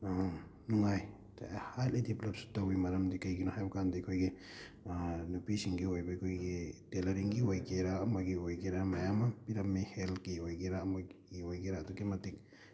ꯅꯨꯡꯉꯥꯏ ꯍꯥꯏꯂꯤ ꯗꯤꯕꯂꯞꯁꯨ ꯇꯧꯋꯤ ꯃꯔꯝꯗꯤ ꯀꯩꯒꯤꯅꯣ ꯍꯥꯏꯕꯀꯥꯟꯗ ꯑꯩꯈꯣꯏꯒꯤ ꯅꯨꯄꯤꯁꯤꯡꯒꯤ ꯑꯣꯏꯕ ꯑꯩꯈꯣꯏꯒꯤ ꯇꯦꯂꯔꯤꯡꯒꯤ ꯑꯣꯏꯒꯦꯔꯥ ꯑꯃꯒꯤ ꯑꯣꯏꯒꯦꯔꯥ ꯃꯌꯥꯝ ꯑꯃ ꯄꯤꯔꯝꯃꯤ ꯍꯦꯜꯠꯀꯤ ꯑꯣꯏꯒꯦꯔꯥ ꯑꯃꯒꯤ ꯑꯣꯏꯒꯦꯔꯥ ꯑꯗꯨꯛꯀꯤ ꯃꯇꯤꯛ